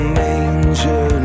manger